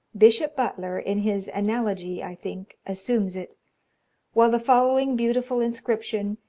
bishop butler in his analogy, i think, assumes it while the following beautiful inscription,